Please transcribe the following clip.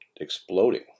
exploding